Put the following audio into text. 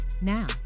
now